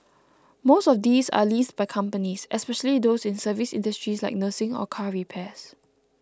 most of these are leased by companies especially those in service industries like nursing or car repairs